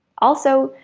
also,